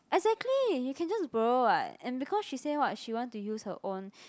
exactly you can just borrow what and because she say what she want to use her own